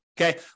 Okay